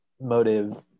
motive